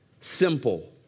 simple